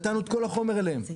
נתנו את כל החומר אליהם.